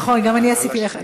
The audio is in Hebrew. נכון, גם אני עשיתי לך.